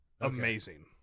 amazing